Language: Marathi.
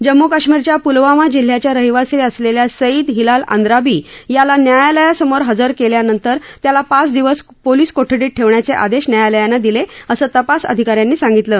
जम्मू कश्मीरच्या पुलवामा जिल्ह्याच्या रहिवासी असलेल्या सईद हिलाल अंद्राबी याला न्यायासमोर हजर केल्यानंतर त्याला पाच दिवस पोलीस कोठडीत ठेवण्याचे आदेश न्यायालयानं दिले असं तपास अधिका यांनी सांगितलं